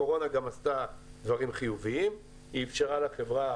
הקורונה גם עשתה דברים חיוביים היא אפשרה לחברה